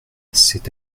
cet